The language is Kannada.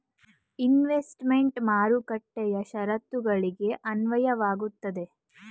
ಇನ್ವೆಸ್ತ್ಮೆಂಟ್ ಮಾರುಕಟ್ಟೆಯ ಶರತ್ತುಗಳಿಗೆ ಅನ್ವಯವಾಗುತ್ತದೆ